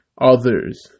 others